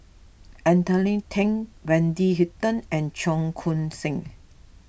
Anthony then Wendy Hutton and Cheong Koon Seng